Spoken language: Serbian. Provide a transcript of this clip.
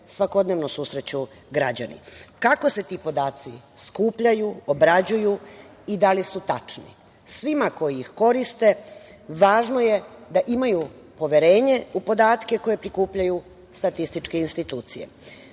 svakodnevno susreću građani. Kako se ti podaci skupljaju, obrađuju i da li su tačni? Svima koji ih koriste važno je da imaju poverenje u podatke koje prikupljaju statističke institucije. Svaki